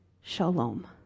shalom